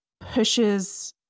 pushes